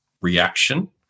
Reaction